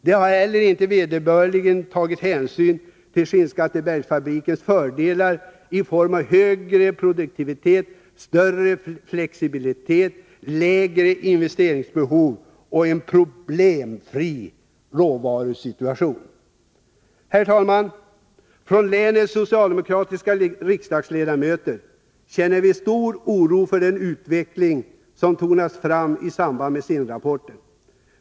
De har inte heller tagit vederbörlig hänsyn till t.ex. Skinnskattebergsfabrikens fördelar i form av högre produktivitet, större flexibilitet, lägre investeringsbehov och en problemfri råvarusituation. Herr talman! Länets socialdemokratiska riksdagsledamöter känner stor oro för den utveckling som tonas fram i samband med SIND-rapporten.